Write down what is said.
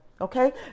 Okay